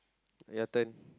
your turn